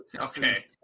okay